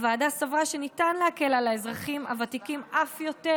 הוועדה סברה שניתן להקל על האזרחים הוותיקים אף יותר,